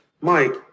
Mike